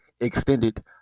extended